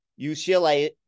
UCLA